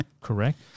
correct